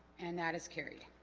and that is kerry